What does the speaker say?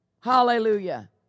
Hallelujah